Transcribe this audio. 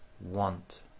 want